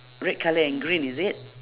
red colour and green is it